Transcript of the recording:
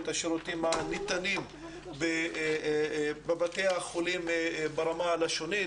את השירותים הניתנים בבתי החולים ברמה הלשונית,